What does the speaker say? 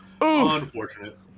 Unfortunate